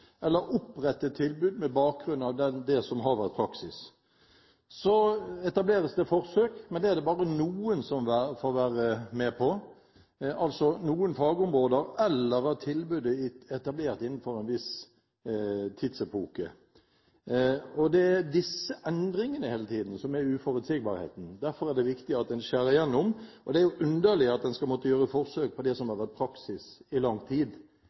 eller opprettet tilbud med bakgrunn i det som har vært praksis. Så etableres det forsøk, men det er det bare noen fagområder som får være med på, eller tilbudet blir etablert innenfor en viss tidsepoke. Og det er disse endringene hele tiden som er uforutsigbarheten. Derfor er det viktig at en skjærer gjennom, og det er jo underlig at en skal måtte gjøre forsøk på det som har vært praksis i lang tid.